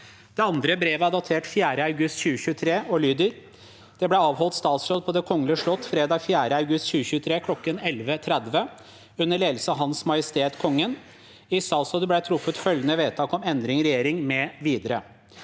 Det andre brevet er datert 4. august 2023 og lyder: «Det ble avholdt statsråd på Det kongelige slott fredag 4. august 2023 kl. 11.30 under ledelse av Hans Majestet Kongen. I statsrådet ble det truffet følgende vedtak om endringer i regjeringen mv.: